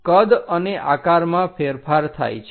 કદ અને આકારમાં ફેરફાર થાય છે